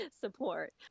support